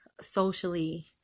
socially